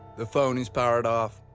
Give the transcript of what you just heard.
the phone is powered off.